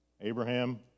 Abraham